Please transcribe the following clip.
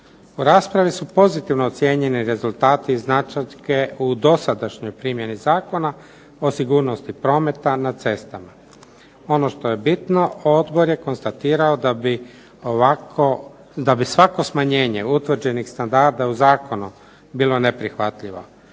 U raspravi su pozitivno ocijenjeni rezultati i značajke u dosadašnjoj primjeni Zakona o sigurnosti prometa na cestama. Ono što je bitno, odbor je konstatirao da bi svako smanjenje utvrđenih standarda u zakonu bilo neprihvatljivo.